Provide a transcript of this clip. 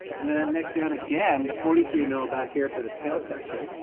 and then it necks down again to forty three mil back here for the tail section,